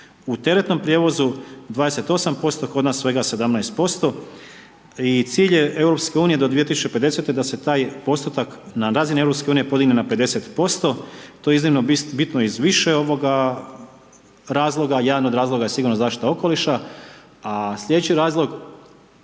U teretnom prijevozu 28%, kod nas svega 17%. I cilj je EU-a do 2050. da se taj postotak na razini EU-a podigne na 50%, to je iznimno bitno iz više razloga, jedan od razloga je sigurno zaštita okoliša a slijedeći razlog